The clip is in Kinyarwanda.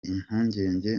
impungenge